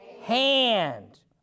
hand